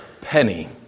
penny